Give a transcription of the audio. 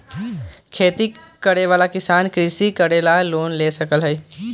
खेती करे वाला किसान कृषि करे ला लोन ले सका हई